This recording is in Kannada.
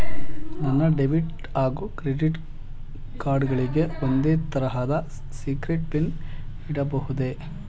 ನನ್ನ ಡೆಬಿಟ್ ಹಾಗೂ ಕ್ರೆಡಿಟ್ ಕಾರ್ಡ್ ಗಳಿಗೆ ಒಂದೇ ತರಹದ ಸೀಕ್ರೇಟ್ ಪಿನ್ ಇಡಬಹುದೇ?